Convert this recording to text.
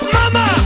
Mama